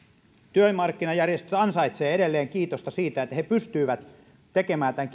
työmarkkinajärjestöt ansaitsevat edelleen kiitosta siitä että he pystyivät tekemään tämän